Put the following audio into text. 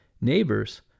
neighbors